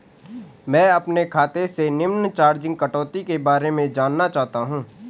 मैं अपने खाते से निम्न चार्जिज़ कटौती के बारे में जानना चाहता हूँ?